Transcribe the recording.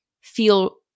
feel